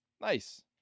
Nice